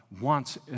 wants